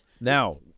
Now